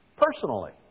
personally